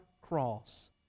cross